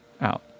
out